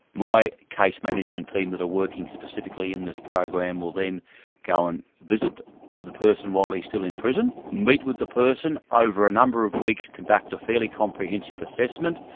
my case management team that are working specifically in this program will then go and visit the person while he's still in prison, meet with the person, over a number of weeks conduct a fairly comprehensive assessment,